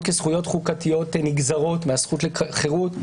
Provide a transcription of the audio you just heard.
כזכויות חוקתיות נגזרות מהזכות לחירות,